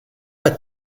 pas